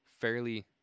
fairly